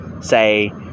say